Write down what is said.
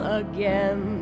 again